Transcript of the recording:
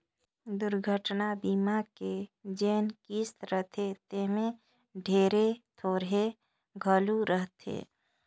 दुरघटना बीमा के जेन किस्त रथे तेम्हे ढेरे थोरहें घलो रहथे